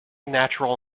natural